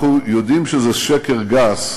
אנחנו יודעים שזה שקר גס,